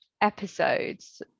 episodes